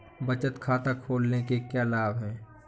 बचत खाता खोलने के क्या लाभ हैं?